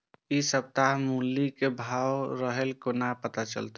इ सप्ताह मूली के भाव की रहले कोना पता चलते?